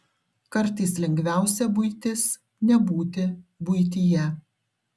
kartais lengviausia buitis nebūti buityje